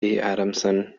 adamson